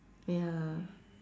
ya